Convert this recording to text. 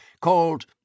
called